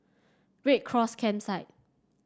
Red Cross Campsite